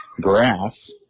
grass